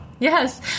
Yes